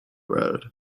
road